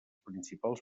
principals